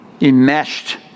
enmeshed